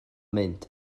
mynd